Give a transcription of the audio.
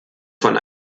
von